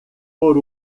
por